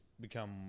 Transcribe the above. become